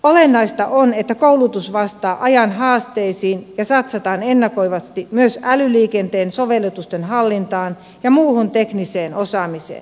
olennaista on että koulutus vastaa ajan haasteisiin ja satsataan ennakoivasti myös älyliikenteen sovellutusten hallintaan ja muuhun tekniseen osaamiseen